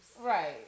Right